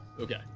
Okay